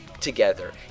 together